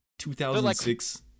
2006